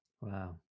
Wow